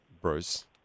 Bruce